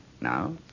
now